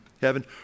heaven